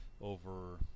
over